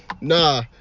nah